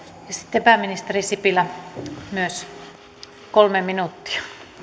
sitten pääministeri sipilä myös kolme minuuttia